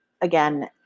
again